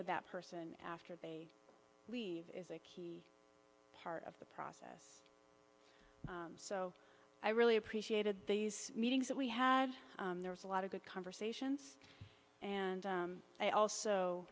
with that person after they leave is a part of the process so i really appreciated these meetings that we had there was a lot of good conversations and i also